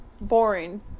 boring